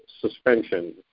suspension